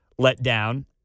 letdown